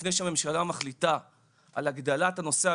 לפני שהממשלה מחליטה על הגדלת נושא הביטוחי,